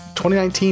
2019